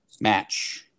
match